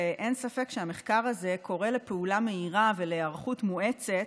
אין ספק שהמחקר הזה קורא לפעולה מהירה ולהיערכות מואצת,